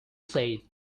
said